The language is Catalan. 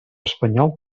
espanyol